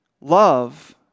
Love